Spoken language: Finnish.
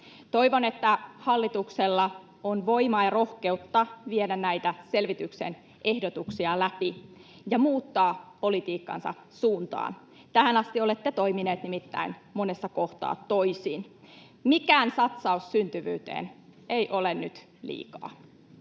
Toivon, että hallituksella on voimaa ja rohkeutta viedä näitä selvityksen ehdotuksia läpi ja muuttaa politiikkansa suuntaa. Tähän asti olette toimineet nimittäin monessa kohtaa toisin. Mikään satsaus syntyvyyteen ei ole nyt liikaa.